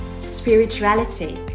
spirituality